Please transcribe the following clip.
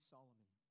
Solomon